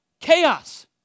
chaos